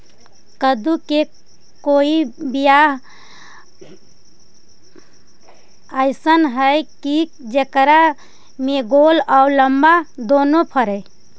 कददु के कोइ बियाह अइसन है कि जेकरा में गोल औ लमबा दोनो फरे?